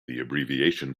abbreviation